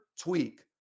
tweak